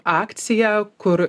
akciją kur